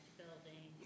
building